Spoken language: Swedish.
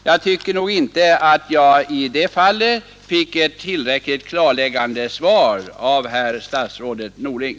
Jag tycker inte att jag i det avseendet fick ett tillräckligt klarläggande svar från herr statsrådet Norling.